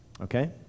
okay